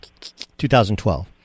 2012